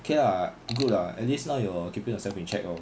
okay lah good lah at least now you're keeping yourself in check lor